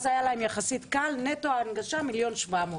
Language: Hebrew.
אז היה להם יחסית קל, נטו ההנגשה 1,7 מיליון.